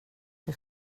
det